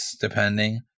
depending